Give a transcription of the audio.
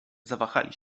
zawahali